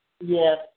Yes